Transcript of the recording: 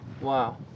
Wow